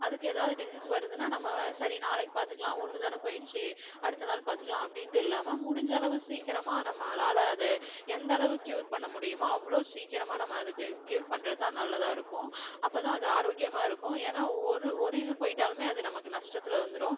அதுக்கு ஏதாவது டிஸிஸ் வருதுன்னா நம்ம சரி நாளைக்கு பார்த்துக்கலாம் ஒன்று தானே போயிடுச்சு அடுத்த நாள் பார்த்துக்கலாம் அப்படின்ட்டு இல்லாமல் முடிஞ்ச அளவு சீக்கிரமா நம்மளால் அதை எந்தளவு க்யூர் பண்ண முடியுமோ அவ்வளோ சீக்கிரமாக நம்ம அதுக்கு க்யூர் பண்றது தான் நல்லதாக இருக்கும் அப்போ தான் அது ஆரோக்கியமாக இருக்கும் ஏன்னா ஒரு ஒரு இது போய்ட்டாலுமே அது நமக்கு நஷ்டத்தில் வந்திரும்